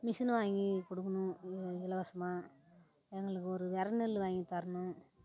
machine வாங்கிக் கொடுக்கணும் இலவசமாக எங்களுக்கு ஒரு வெதை நெல் வாங்கித் தரணும்